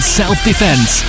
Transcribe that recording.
self-defense